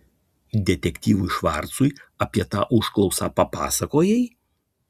detektyvui švarcui apie tą užklausą papasakojai